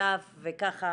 במשותף וככה